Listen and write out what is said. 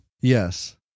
Yes